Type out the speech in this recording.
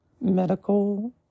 medical